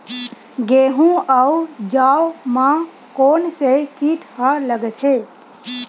गेहूं अउ जौ मा कोन से कीट हा लगथे?